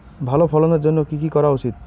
ভালো ফলনের জন্য কি কি করা উচিৎ?